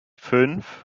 fünf